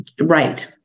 right